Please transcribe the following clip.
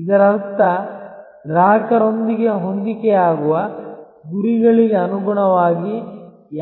ಇದರರ್ಥ ಗ್ರಾಹಕರೊಂದಿಗೆ ಹೊಂದಿಕೆಯಾಗುವ ಗುರಿಗಳಿಗೆ ಅನುಗುಣವಾಗಿ